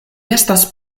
estas